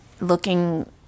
looking